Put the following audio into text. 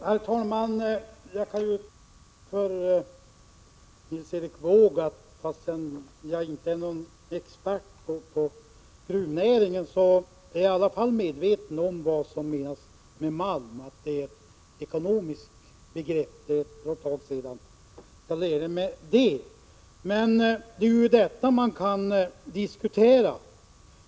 Herr talman! Jag kan tala om för Nils Erik Wååg att jag, trots att jag inte är någon expert på gruvnäring, i alla fall är medveten om vad som menas med malm. Att det är ett ekonomiskt begrepp var det ett tag sedan jag lärde mig. Men detta kan man diskutera.